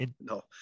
no